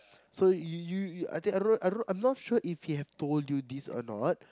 so you you you I think I wrote I wrote I'm not sure if he have told you this or not